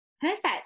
Perfect